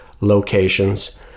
locations